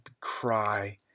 cry